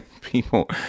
people